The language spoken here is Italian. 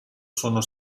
sono